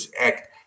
act